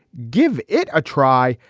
give it a try.